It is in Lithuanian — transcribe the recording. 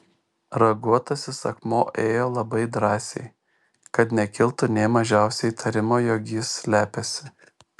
raguotasis akmuo ėjo labai drąsiai kad nekiltų nė mažiausio įtarimo jog jis slepiasi